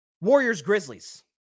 Warriors-Grizzlies